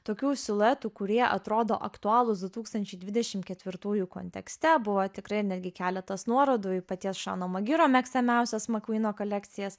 tokių siluetų kurie atrodo aktualūs du tūkstančiai dvidešimt ketvirtųjų kontekste buvo tikrai netgi keletas nuorodų į paties žano magiro mėgstamiausias mcqueno kolekcijas